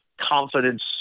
confidence